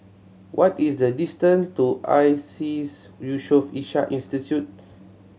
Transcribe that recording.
what is the distance to ISEAS Yusof Ishak Institute